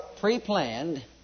pre-planned